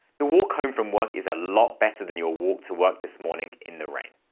the walk home from work is a lot better than your walk to work this morning in the rain.